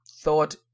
thought